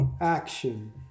action